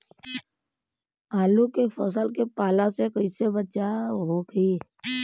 आलू के फसल के पाला से कइसे बचाव होखि?